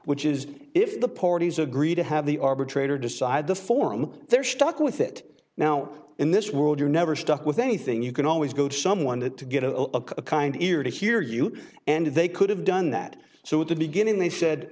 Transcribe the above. which is if the parties agree to have the arbitrator decide the form they're stuck with it now in this world you're never stuck with anything you can always go to someone had to get a kind ear to hear you and they could have done that so at the beginning they said